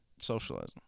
socialism